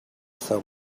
them